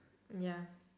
ya